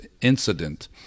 incident